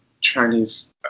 Chinese